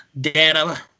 data